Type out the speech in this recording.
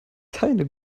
keine